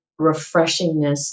refreshingness